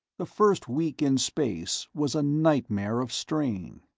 the first week in space was a nightmare of strain.